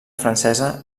francesa